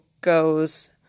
goes